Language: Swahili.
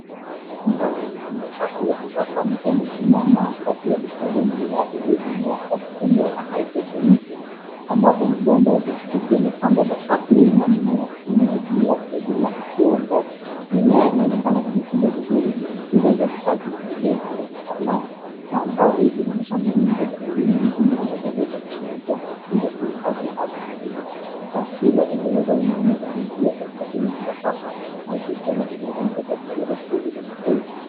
Ndani ya chafu ya kisasa mtu amesimama kati ya mistari ya mimea iliyolimwa kwa mfumo wa haidroponiki ambapo mabomba ya plastiki yamepangwa kwa safu wima mimea ikimea juu yake bila udongo. Mimea inaonekana imetunzwa vizuri ikisisitiza uzalishaji endelevu wa kitaalamu. Mandhari inaonyesha mbinu za kilimo zinazoonyesha tija bila kuhitaji ardhi kubwa. Taswira inaeleza umuhimu wa teknolojia katika kilimo cha sasa na ushirikiano wa binadamu katika kuendeleza suluhu za chakula.